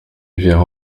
vient